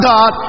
God